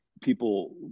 people